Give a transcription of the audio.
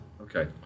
okay